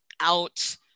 out